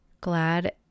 glad